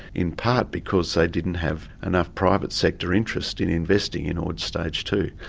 in part because they didn't have enough private sector interest in investing in ord stage two.